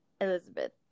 Elizabeth